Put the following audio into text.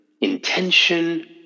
intention